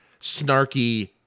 snarky